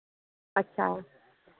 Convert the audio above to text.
अच्छा